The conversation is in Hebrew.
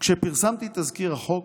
כשפרסמתי את תזכיר החוק,